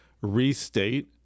restate